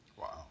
Wow